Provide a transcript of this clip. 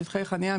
שטחי חנייה,